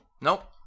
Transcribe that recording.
Nope